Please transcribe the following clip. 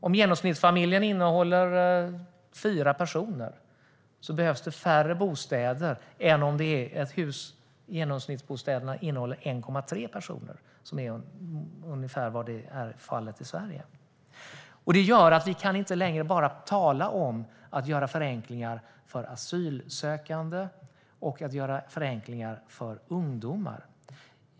Om genomsnittsfamiljen innehåller fyra personer behövs det färre bostäder än om genomsnittsbostäderna innehåller 1,3 personer, som ungefär är fallet i Sverige. Det gör att vi inte längre bara kan tala om att göra förenklingar för asylsökande och för ungdomar.